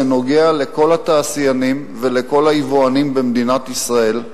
זה נוגע לכל התעשיינים ולכל היבואנים במדינת ישראל,